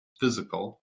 physical